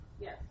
Yes